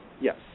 Yes